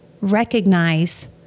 recognize